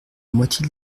moitié